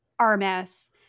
RMS